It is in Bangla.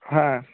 হ্যাঁ